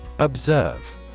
Observe